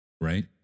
Right